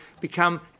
become